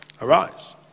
arise